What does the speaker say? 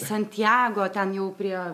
santjago ten jau prie